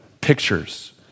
pictures